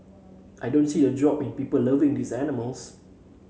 I don't see a drop in people loving these animals